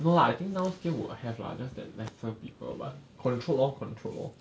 no lah I think now still will have lah just that lesser people but control lor control lor